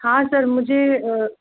हाँ सर मुझे